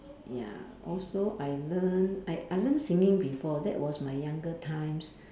ya also I learn I I learn singing before that was my younger times